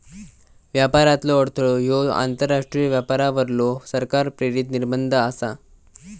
व्यापारातलो अडथळो ह्यो आंतरराष्ट्रीय व्यापारावरलो सरकार प्रेरित निर्बंध आसा